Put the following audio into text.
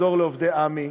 לעובדי עמ"י